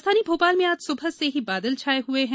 राजधानी भोपाल में आज सुबह से ही बाछल छाये हुए हैं